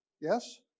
Yes